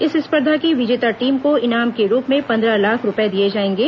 इस स्पर्धा की विजेता टीम को इनाम के रूप में पंद्रह लाख रूपये दिए जाएंगे